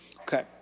Okay